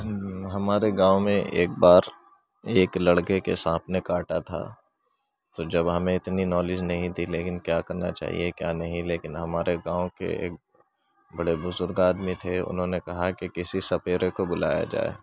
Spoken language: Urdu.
ہمارے گاؤں میں ایک بار ایک لڑكے کے سانپ نے کاٹا تھا تو جب ہمیں اتنی نالج نہیں تھی لیکن کیا کرنا چاہیے كیا نہیں لیكن ہمارے گاؤں كے ایک بڑے بزرگ آدمی تھے انہوں نے کہا کہ کسی سپیرے کو بلایا جائے